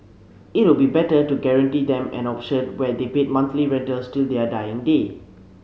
it would be better to guarantee them an option where they pay monthly rentals till their dying day